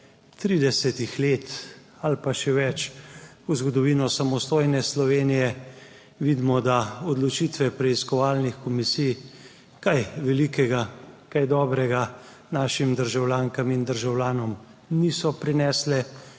14.35 (Nadaljevanje) samostojne Slovenije vidimo, da odločitve preiskovalnih komisij kaj velikega, kaj dobrega našim državljankam in državljanom niso prinesle.